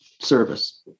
service